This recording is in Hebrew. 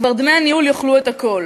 כבר דמי הניהול יאכלו את הכול.